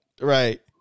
right